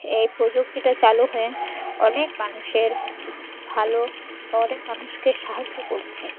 এই প্রযুক্তিটা চালু হয়ে অনেক মানুষের ভালো বা অনেক মানুষকে সাহায্য করছে